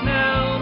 now